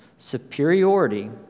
superiority